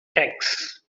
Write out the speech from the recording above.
texts